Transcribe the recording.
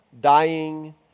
dying